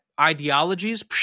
ideologies